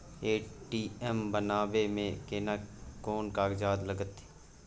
ATM बनाबै मे केना कोन कागजात लागतै?